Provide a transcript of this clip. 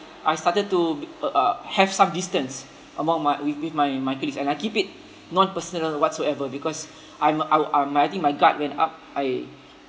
I started to b~ uh have some distance among my with with my my colleagues and I keep it non personal whatsoever because I'm I um I think my guard went up I